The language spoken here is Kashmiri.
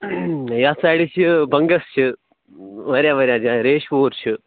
یَتھ سایڈس چھِ بنٛگس چھِ وارِیاہ وارِیاہ جایہِ ریٚپوٗر چھِ